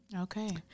Okay